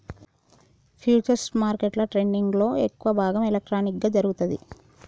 futures మార్కెట్ల ట్రేడింగ్లో ఎక్కువ భాగం ఎలక్ట్రానిక్గా జరుగుతాంది